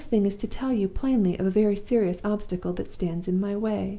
the next thing is to tell you plainly of a very serious obstacle that stands in my way